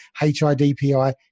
HIDPI